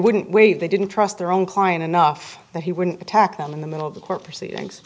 wouldn't wait they didn't trust their own client enough that he wouldn't attack them in the middle of the court proceedings